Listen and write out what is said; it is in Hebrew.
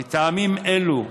מטעמים אלה,